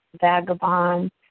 vagabond